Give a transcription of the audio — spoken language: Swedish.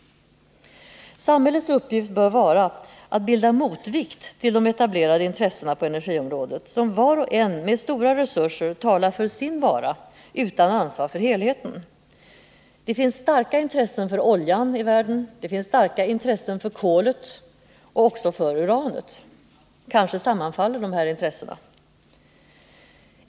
Samhällets uppgift bör vara att bilda motvikt till de etablerade intressena på energiområdet, som vart och ett med stora resurser bakom sig talar för sin vara utan ansvar för helheten. Det finns starka intressen inom oljeområdet i världen, och detta gäller också för kolet och uranet. Kanske sammanfaller dessa intressen.